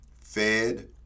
fed